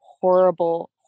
horrible